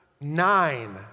nine